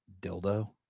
Dildo